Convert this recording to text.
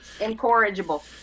incorrigible